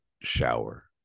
shower